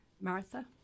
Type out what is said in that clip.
Martha